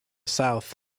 south